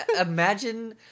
imagine